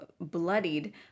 bloodied